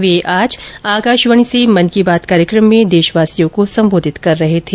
वे आज आकाशवाणी से मन की बात कार्यक्रम में देशवासियों को संबोधित कर रहे थे